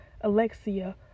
alexia